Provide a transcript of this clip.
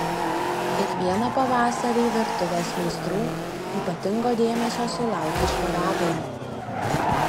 kiekvieną pavasarį virtuvės meistrų ypatingo dėmesio sulaukia šparagai